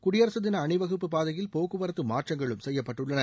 குடியரசு தின அணிவகுப்பு பாதையில் போக்குவரத்து மாற்றங்களும் செய்யப்பட்டுள்ளன